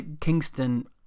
Kingston